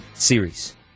Series